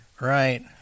Right